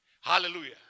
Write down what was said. Hallelujah